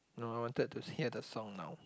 no I wanted to hear the song now